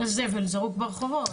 הזבל זרוק ברחובות.